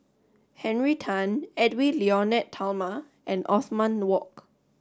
Henry Tan Edwy Lyonet Talma and Othman Wok